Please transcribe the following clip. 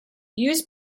use